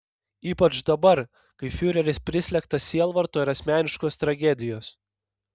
ypač dabar kai fiureris prislėgtas sielvarto ir asmeniškos tragedijos